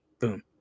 boom